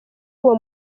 uwo